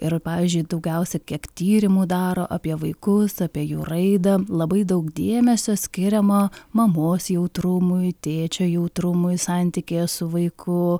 ir pavyzdžiui daugiausia kiek tyrimų daro apie vaikus apie jų raidą labai daug dėmesio skiriama mamos jautrumui tėčio jautrumui santykyje su vaiku